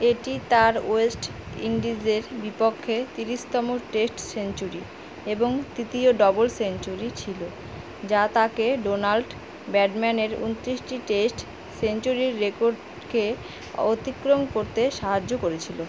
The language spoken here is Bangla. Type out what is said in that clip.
এটি তার ওয়েস্ট ইন্ডিজের বিপক্ষে তিরিশতম টেস্ট সেঞ্চুরি এবং তৃতীয় ডবল সেঞ্চুরি ছিলো যা তাকে ডোনাল্ট ব্র্যাডম্যানের উনতিরিশটি টেস্ট সেঞ্চুরির রেকডকে অতিক্রম করতে সাহায্য করেছিলো